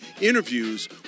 interviews